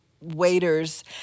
waiters